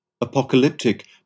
Apocalyptic